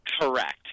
Correct